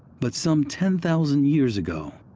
but some ten thousand years ago,